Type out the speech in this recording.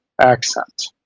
accent